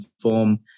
form